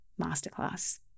masterclass